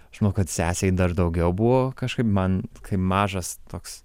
aš manau kad sesei dar daugiau buvo kažkaip man kai mažas toks